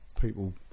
people